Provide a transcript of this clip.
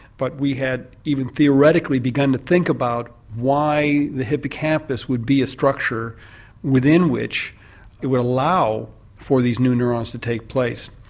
but we had even theoretically begun to think about why the hippocampus would be a structure within which it would allow for these new neurons to take place.